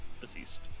deceased